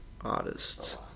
artists